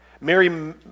Mary